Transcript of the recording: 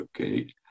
Okay